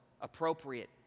appropriate